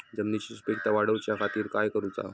जमिनीची सुपीकता वाढवच्या खातीर काय करूचा?